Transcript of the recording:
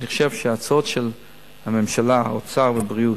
אני חושב שההצעות של הממשלה, האוצר והבריאות,